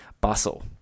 bustle